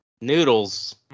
noodles